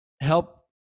help